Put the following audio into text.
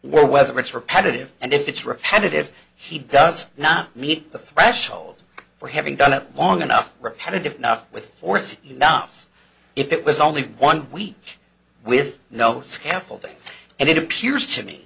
insists whether it's repetitive and if it's repetitive he does not meet the threshold for having done it long enough repetitive not with force enough if it was only one week with no scaffolding and it appears to me